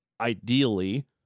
ideally